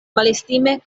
malestime